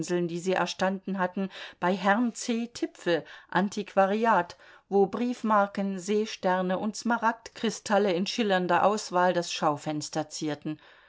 die sie erstanden hatten bei herrn c tipfel antiquariat wo briefmarken seesterne und smaragdkristalle in schillernder auswahl das schaufenster zierten